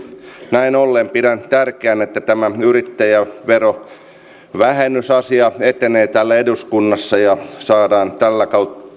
näin ollen pidän tärkeänä että tämä yrittäjäverovähennysasia etenee täällä eduskunnassa ja saadaan